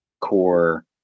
core